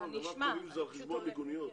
למה קוראים לזה על חשבון מיגוניות?